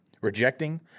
rejecting